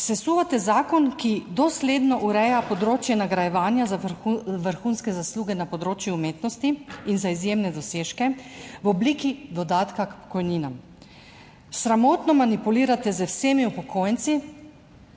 Sesuvate zakon, ki dosledno ureja področje nagrajevanja za vrhunske zasluge na področju umetnosti in za izjemne dosežke v obliki dodatka k pokojninam. Sramotno manipulirate z vsemi upokojenci